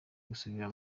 gusubira